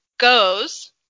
goes